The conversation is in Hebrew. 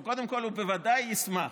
קודם כול, הוא בוודאי ישמח.